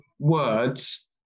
words